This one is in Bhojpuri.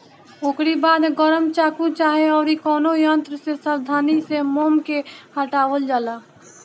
ओकरी बाद गरम चाकू चाहे अउरी कवनो यंत्र से सावधानी से मोम के हटावल जाला